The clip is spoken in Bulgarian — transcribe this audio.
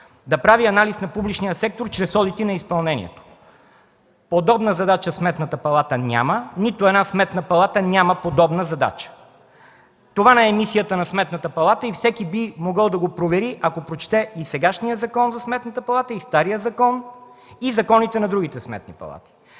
„Да прави анализ на публичния сектор чрез одити на изпълнението”. Подобна задача Сметната палата няма. Нито една сметна палата няма подобна задача. Това не е мисията на Сметната палата и всеки би могъл да го провери, ако прочете и сегашния Закон за Сметната палата, и стария закон, и законите на другите сметни палати.